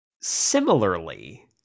similarly